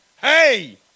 Hey